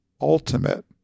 ultimate